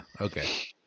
okay